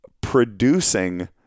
producing